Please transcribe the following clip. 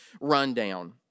rundown